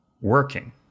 Working